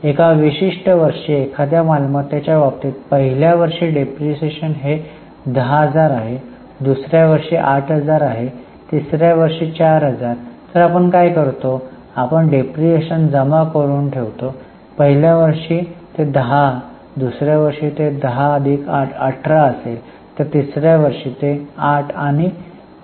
एका विशिष्ट वर्षी एका एखाद्या मालमत्तेच्या बाबतीत पहिल्या वर्षी डिप्रीशीएशन हा 10000 आहे दुसऱ्या वर्षी 8000 तिसऱ्या वर्षी 4000 तर आपण काय करतो आपण डिप्रीशीएशन जमा करून ठेवतो पहिल्या वर्षी तो 10 असेल दुसऱ्या वर्षी तो 10 अधिक 8 18 असेल तर तिसऱ्या वर्षी तो 8 आणि 422